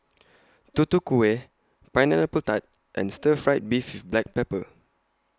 Tutu Kueh Pineapple Tart and Stir Fried Beef with Black Pepper